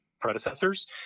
predecessors